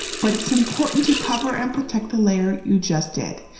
but it's important to cover and protect the layer you just did.